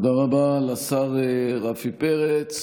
תודה רבה לשר רפי פרץ.